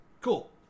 cool